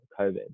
COVID